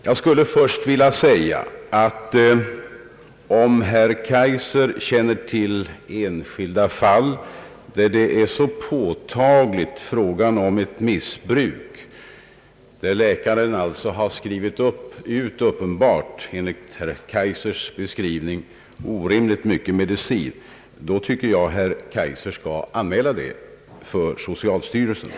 Jag skulle först vilja säga att om herr Kaijser känner till enskilda fall av påtagligt missbruk, dvs. om en läkare enligt herr Kajisers beskrivning uppenbarligen har skrivit ut orimligt mycket medicin, tycker jag att herr Kaijser skall anmäla det för socialstyrelsen.